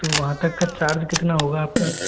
तो वहाँ तक का चार्ज कितना होगा आपका